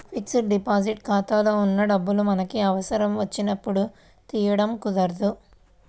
fixed deposit ఖాతాలో ఉన్న డబ్బులు మనకి అవసరం వచ్చినప్పుడు తీయడం కుదరదు